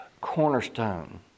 cornerstone